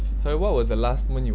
sorry what was the last point you